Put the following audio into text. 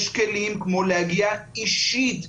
יש כלים כמו להגיע אישית,